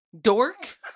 Dork